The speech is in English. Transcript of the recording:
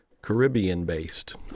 Caribbean-based